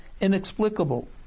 inexplicable